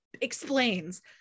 explains